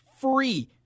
free